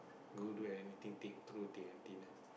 go do anything thick through thick and thin lah